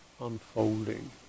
unfolding